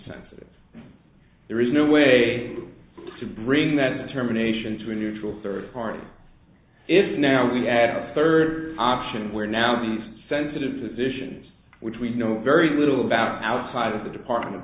sensitive there is no way to bring that terminations to a neutral third party if now we add a third option where now these sensitive positions which we know very little about outside of the department of